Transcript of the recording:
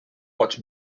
watch